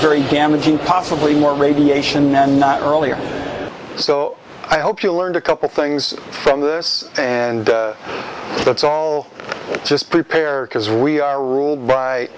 very damaging possibly more radiation and not earlier so i hope you learned a couple things from this and that's all just prepare because we are ruled by